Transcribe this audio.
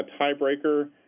tiebreaker